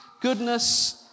goodness